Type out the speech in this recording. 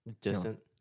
distant